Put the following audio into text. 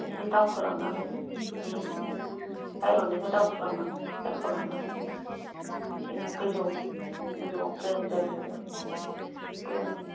एसे दावखो लांनानै बै हाइरडनिफ्राय दावखो लांनांगौ दावखो लांनानै एसे गोजौ गोजौआव प्लेन जाहैलायबाय बिदि आरो